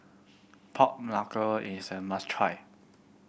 pork knuckle is a must try